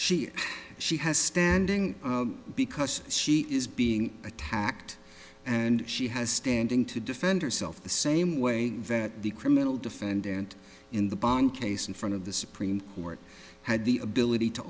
she she has standing because she is being attacked and she has standing to defend herself the same way that the criminal defendant in the bong case in front of the supreme court had the ability to